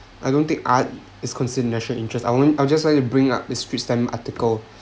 I don't think art is considered national interest I only I'd just like to bring up this straits times article